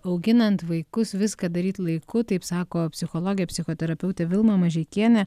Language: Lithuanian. auginant vaikus viską daryt laiku taip sako psichologė psichoterapeutė vilma mažeikienė